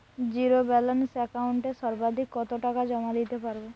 Zero balance একাউন্টে সর্বাধিক কত টাকা জমা দিতে পারব?